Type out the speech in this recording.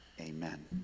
amen